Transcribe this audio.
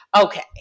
okay